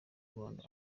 rwanda